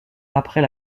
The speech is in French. après